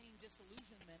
disillusionment